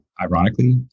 ironically